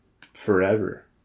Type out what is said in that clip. Forever